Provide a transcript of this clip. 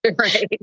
right